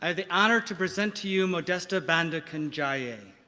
and the honour to present to you modesta banda kanjaye.